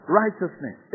righteousness